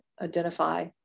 identify